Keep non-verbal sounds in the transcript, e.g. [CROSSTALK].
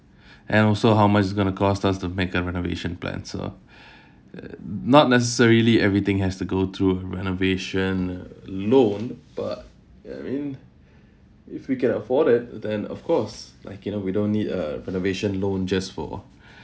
and also how much it's going to cost us to make a renovation plan so [BREATH] it not necessarily everything has to go through renovation uh loan but I mean if we can afford it then of course like you know we don't need a renovation loan just for